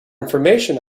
information